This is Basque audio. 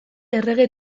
errege